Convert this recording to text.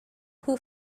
who